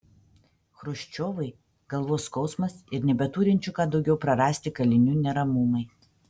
chruščiovui galvos skausmas ir nebeturinčių ką daugiau prarasti kalinių neramumai